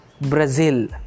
Brazil